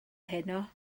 heno